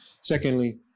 Secondly